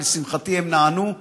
ולשמחתי הם נענו,